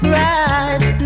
right